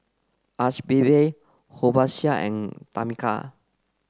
Archibald Horacio and Tamica